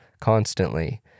constantly